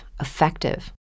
effective